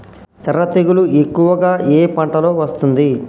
ఎర్ర తెగులు ఎక్కువగా ఏ పంటలో వస్తుంది?